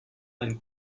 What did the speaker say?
ein